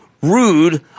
rude